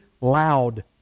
loud